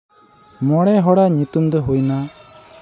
ᱢᱚᱬᱮ ᱦᱚᱲᱟᱜ ᱧᱩᱛᱩᱢ ᱫᱚ ᱦᱩᱭᱮᱱᱟ